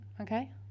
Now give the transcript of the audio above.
okay